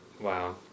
Wow